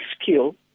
skill